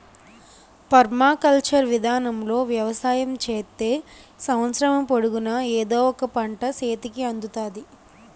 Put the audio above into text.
permaculture విధానములో వ్యవసాయం చేత్తే సంవత్సరము పొడుగునా ఎదో ఒక పంట సేతికి అందుతాది